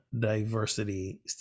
diversity